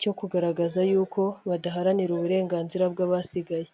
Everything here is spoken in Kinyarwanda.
cyo kugaragaza y'uko badaharanira uburenganzira bw'abasigaye.